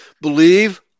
believe